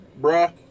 Bruh